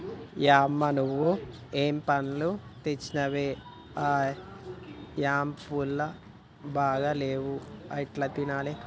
యమ్మ నువ్వు ఏం పండ్లు తెచ్చినవే ఆ యాపుళ్లు ఏం బాగా లేవు ఎట్లా తినాలే